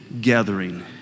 gathering